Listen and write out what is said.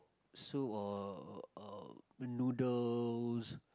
soup or or noodles